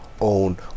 own